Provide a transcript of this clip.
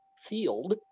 field